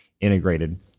integrated